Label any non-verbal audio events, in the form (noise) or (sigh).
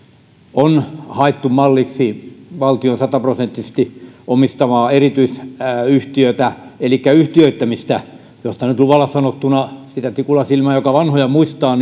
on haettu malliksi valtion sataprosenttisesti omistamaa erityisyhtiötä elikkä yhtiöittämistä josta nyt luvalla sanottuna sitä tikulla silmään joka vanhoja muistaa (unintelligible)